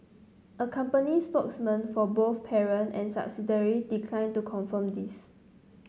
a company spokesman for both parent and subsidiary declined to confirm this